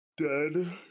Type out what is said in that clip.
Dead